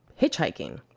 hitchhiking